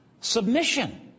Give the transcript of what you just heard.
Submission